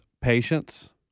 patience